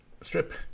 strip